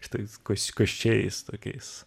štai koščėjais tokiais